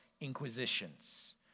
inquisitions